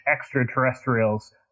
extraterrestrials